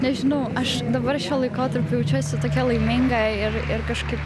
nežinau aš dabar šiuo laikotarpiu jaučiuosi tokia laiminga ir ir kažkaip